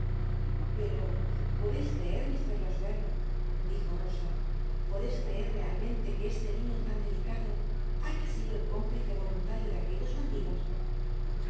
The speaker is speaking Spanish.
pero podeis creer mr losberne dijo rosa podeis creur realmente que este niño lan delicado haya sido el cómplice voluntario de aquellos bandidos